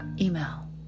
email